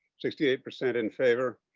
sixty eight percent in favor.